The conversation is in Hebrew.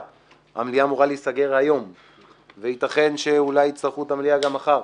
חוק להצ"ח הרשויות המקומיות (בחירת ראש הרשות וכהונתם)